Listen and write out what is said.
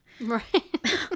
Right